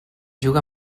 juga